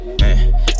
Man